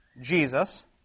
Jesus